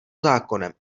zákonem